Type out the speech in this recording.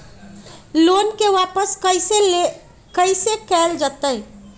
Loan के वापस कैसे कैल जतय?